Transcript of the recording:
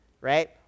right